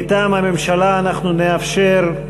מטעם הממשלה אנחנו נאפשר,